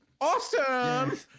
awesome